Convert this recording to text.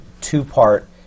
two-part